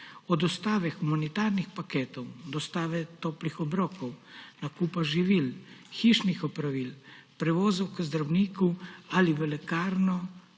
Od dostave humanitarnih paketov, dostave topolih obrokov, nakupa živil, hišnih opravil, prevozov k zdravniku ali v lekarno,